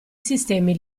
sistemi